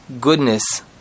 goodness